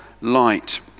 light